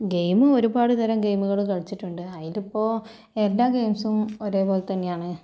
game ഒരുപാട് തരം ഗെയിമുകള് കളിച്ചിട്ടുണ്ട് അതിലിപ്പോൾ എല്ലാ ഗെയിമ്സും ഒരേപോലെ തന്നെയാണ്